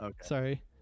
Sorry